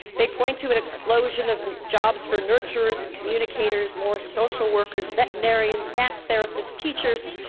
they point to an explosion of jobs for nurturers and communicators, more social workers, veterinarians, dance therapists, teachers.